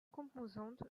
composante